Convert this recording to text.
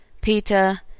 Peter